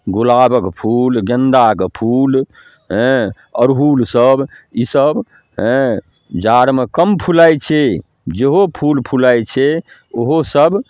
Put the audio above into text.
गुलाबके फूल गेन्दाके फूल हेँ अड़हुलसब ईसब हेँ जाड़मे कम फुलाइ छै जेहो फूल फुलाइ छै ओहोसब